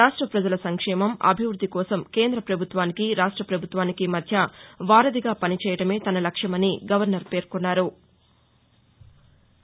రాష్ట ప్రజల సంక్షేమం అభివృద్ది కోసం కేంద్ర ప్రభుత్వానికి రాష్ట ప్రభుత్వానికి మధ్య వారధిగా పనిచేయడమే తన లక్ష్యమని గవర్నర్ పేర్కొన్నారు